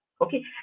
Okay